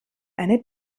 eine